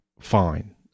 fine